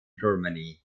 germany